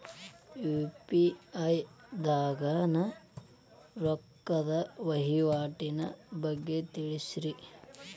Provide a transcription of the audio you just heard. UPI ದಾಗಿನ ರೊಕ್ಕದ ವಹಿವಾಟಿನ ಬಗ್ಗೆ ತಿಳಸ್ರಿ